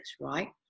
right